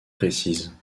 précise